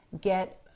Get